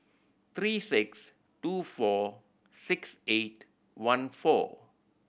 three six two four six eight one four